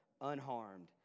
unharmed